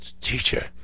teacher